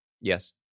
Yes